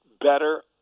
better